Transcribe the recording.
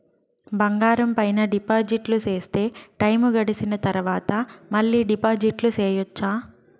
బంగారం పైన డిపాజిట్లు సేస్తే, టైము గడిసిన తరవాత, మళ్ళీ డిపాజిట్లు సెయొచ్చా?